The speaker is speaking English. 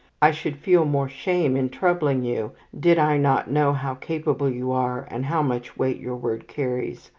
i should feel more shame in troubling you, did i not know how capable you are, and how much weight your word carries.